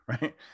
right